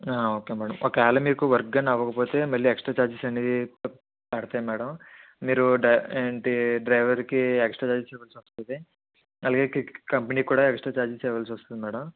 okay madam ఒకవేళ మీకు work గానీ అవ్వకపోతే మళ్ళీ ఎక్స్ట్రా చార్జెస్ అనేది పడతాయి మ్యాడం మీరు ఏంటి డ్రైవర్కి ఎక్స్ట్రా చార్జెస్ ఇవ్వాల్సి వస్తుంది అలాగే కంపెనీకి కూడా ఎక్స్ట్రా చార్జెస్ ఇవ్వాల్సి వస్తుంది మ్యాడం